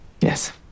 Yes